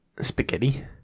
Spaghetti